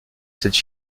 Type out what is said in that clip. cette